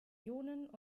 ionen